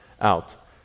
out